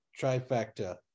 trifecta